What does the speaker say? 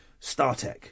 StarTech